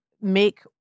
make